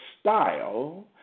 style